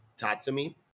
Tatsumi